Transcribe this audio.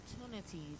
opportunities